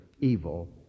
evil